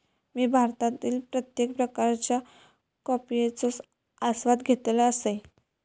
मी भारतातील प्रत्येक प्रकारच्या कॉफयेचो आस्वाद घेतल असय